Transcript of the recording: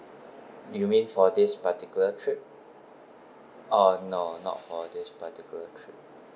you mean for this particular trip oh no not for this particular trip